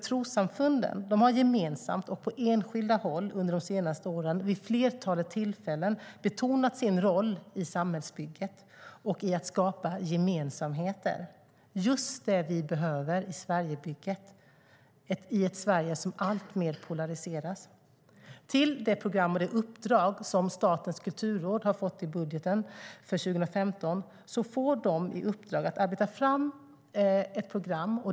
Trossamfunden har gemensamt och på enskilda håll under de senaste åren, vid flertalet tillfällen, betonat sin roll i samhällsbygget och i att skapa gemensamheter - just det vi behöver i Sverigebygget i ett Sverige som alltmer polariseras. Statens kulturråd får i budgeten för 2015 i uppdrag att arbeta fram ett program.